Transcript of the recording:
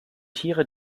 tiere